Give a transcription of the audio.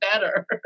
better